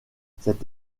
cette